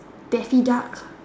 Daffy duck